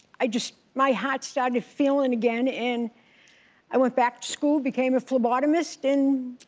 i just, my heart started feeling again, and i went back to school, became a phlebotomist and.